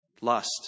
Lust